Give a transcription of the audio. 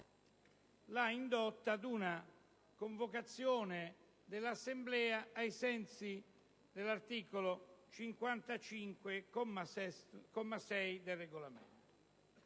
l'ha indotta ad una convocazione dell'Assemblea ai sensi dell'articolo 55, comma 6, del Regolamento.